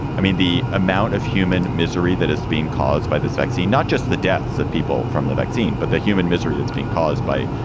i mean, the amount of human misery that is being caused by this vaccine, not just the deaths of people from the vaccine, but the human misery that's been caused by,